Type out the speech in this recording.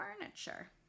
furniture